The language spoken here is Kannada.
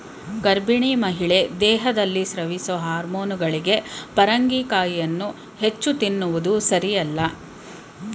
ಗರ್ಭಿಣಿ ಮಹಿಳೆ ದೇಹದಲ್ಲಿ ಸ್ರವಿಸೊ ಹಾರ್ಮೋನುಗಳು ಪರಂಗಿಕಾಯಿಯ ಹೆಚ್ಚು ತಿನ್ನುವುದು ಸಾರಿಯಲ್ಲ